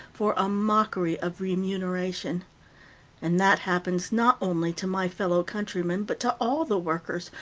for a mockery of remuneration and that happens not only to my fellow countrymen, but to all the workers,